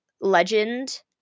legend